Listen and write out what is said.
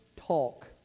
talk